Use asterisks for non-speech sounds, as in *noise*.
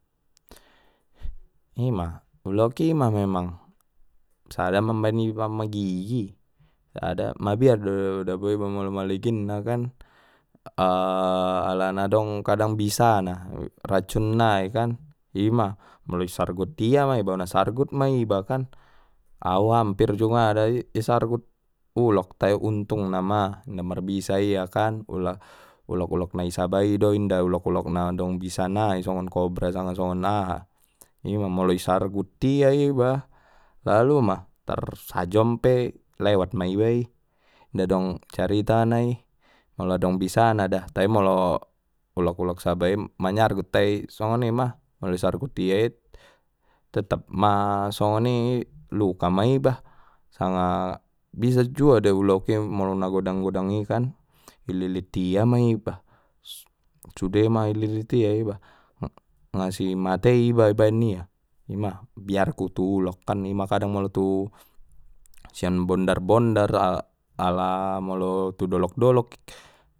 Ima ulokki ma memang sada mambaen iba ma gigi sada mabiar do dabo iba molo maliginna kan, *hesitation* alana dong kadang bisa na racun nai kan ima molo i sargut ia ma iba ona sargut ma iba kan au hampir jung ada i sargut ulok tai untung na ma inda marbisa ia kan pula ulok ulok na i sabai do inda ulok ulok na dong bisa nai songon kobra sanga songon aha ima molu isargut ia iba lalu ma tarsajom pe lewat ma iba i inda dong caritana i molo dong bisana da tai molo ulok ulok saba i manyargut tai songoni ma molo i sargut ia i tetap ma songon ni luka ma iba sanga bisa juo do ulok i molo na godang godangi kan ililit ia ma iba sude ma ililit ia iba nga simate iba i baen ia ima biarku tu ulok kan ima kadang molo tu sian bondar bondar ala molo tu dolok dolok.